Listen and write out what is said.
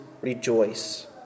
rejoice